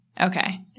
Okay